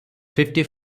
fifty